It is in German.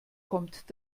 kommt